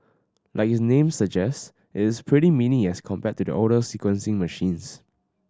like its name suggests it is pretty mini as compared to the older sequencing machines